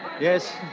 Yes